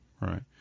right